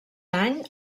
any